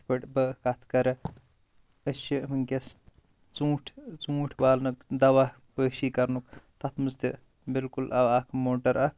یِتھ پٲٹھۍ بہٕ کَتھ کَرٕ أسۍ چھِ وٕنۍکٮ۪س ژوٗنٛٹھۍ ژوٗنٹھۍ والنُک دَوہ پٲشی کَرنُک تَتھ منٛز تہِ بِالکُل آو اَکھ موٹَر اَکھ